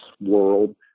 world